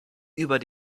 über